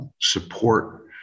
support